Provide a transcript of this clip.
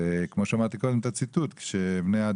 וכמו הציטוט אותו אמרתי קודם,